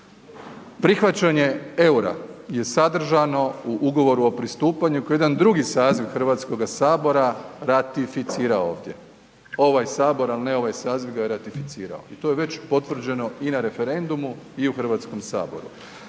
Prihvaćanje EUR-a je sadržano u Ugovoru o pristupanju koji je jedan drugi saziv HS ratificirao ovdje. Ovaj sabor, al ne ovaj saziv ga je ratificirao, to je već potvrđeno i na referendumu i u HS. Prema